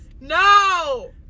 No